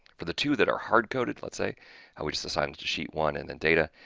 for the two that are hard-coded, let's say we just assigned to sheet one and then data.